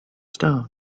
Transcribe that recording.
stones